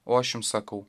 o aš jums sakau